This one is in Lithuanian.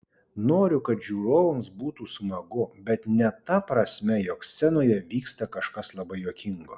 noriu kad žiūrovams būtų smagu bet ne ta prasme jog scenoje vyksta kažkas labai juokingo